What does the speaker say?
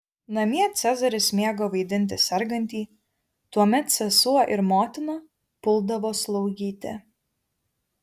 namie cezaris mėgo vaidinti sergantį tuomet sesuo ir motina puldavo slaugyti